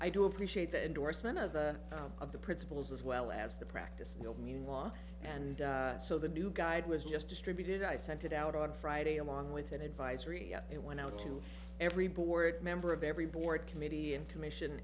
i do appreciate the endorsement of the of the principals as well as the practice field mune law and so the new guide was just distributed i sent it out on friday along with an advisory it went out to every board member of every board committee and commission